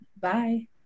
Bye